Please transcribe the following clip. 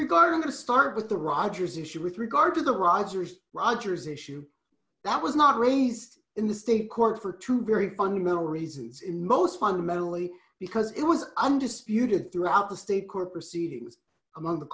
to start with the rogers issue with regard to the rogers rogers issue that was not raised in the state court for two very fundamental reasons in most fundamentally because it was under spewed throughout the state court proceedings among the